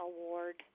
Award